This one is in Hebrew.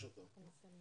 יש אותם